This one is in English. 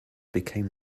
became